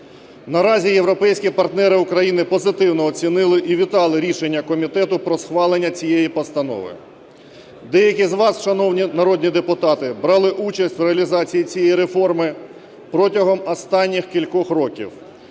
Наразі європейські партнери України позитивно оцінили і вітали рішення комітету про схвалення цієї Постанови. Деякі з вас, шановні народні депутати, брали участь в реалізації цієї реформи протягом останніх кількох років.